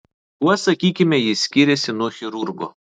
kuo sakykime jis skiriasi nuo chirurgo